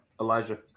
Elijah